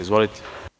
Izvolite.